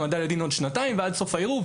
העמדה לדין עוד שנתיים ועד סוף הערעור.